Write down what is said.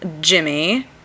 Jimmy